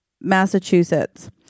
massachusetts